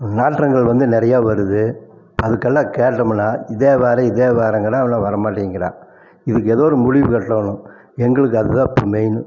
நாற்றங்கள் வந்து நிறைய வருது அதுக்கெல்லாம் கேட்டோமுன்னா இதோ வறேன் இதோ வறேங்கிறான் ஆனால் வரமாட்டேங்கிறான் இதுக்கு எதோ ஒரு முடிவு கட்டணும் எங்களுக்கு அது தான் இப்போ மெய்னு